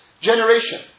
generation